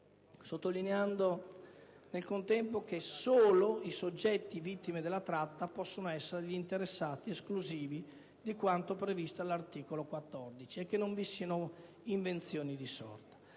sottolineando nel contempo che solo i soggetti vittime della tratta possono essere gli interessati esclusivi di quanto previsto dall'articolo 14 e che non vi siano invenzioni di sorta.